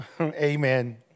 amen